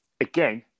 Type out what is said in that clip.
again